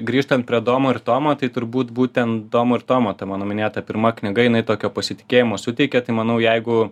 grįžtant prie domo ir tomo tai turbūt būtent domo ir tomo ta mano minėta pirma knyga jinai tokio pasitikėjimo suteikė tai manau jeigu